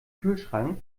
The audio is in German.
kühlschrank